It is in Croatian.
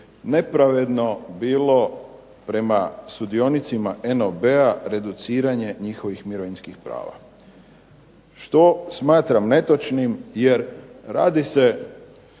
nepravedno bilo prema sudionicima NOB-a reduciranje njihovih mirovinskih prava što smatram netočnim. Jer radi se